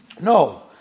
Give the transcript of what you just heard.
No